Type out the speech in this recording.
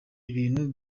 ibintu